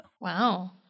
Wow